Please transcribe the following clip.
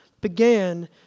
began